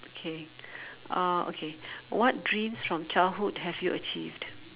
K uh okay what dreams from childhood have you achieved